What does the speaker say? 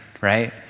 right